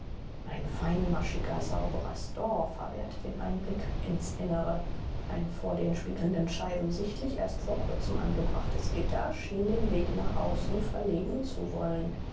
ein feinmaschiger sauberer store verwehrte den einblick ins innere ein vor den spiegelnden scheiben sichtlich erst vor kurzem angebrachtes gitter schien den weg nach außen verlegen zu sollen